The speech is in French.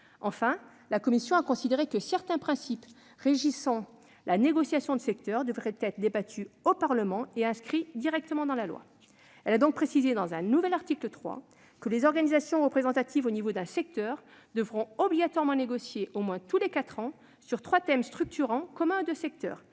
Enfin, la commission a considéré que certains principes régissant la négociation de secteur devraient être débattus au Parlement et inscrits directement dans la loi. Elle a donc précisé, dans un nouvel article 3, que les organisations représentatives au niveau d'un secteur devront obligatoirement négocier, au moins tous les quatre ans, sur trois thèmes structurants communs aux deux secteurs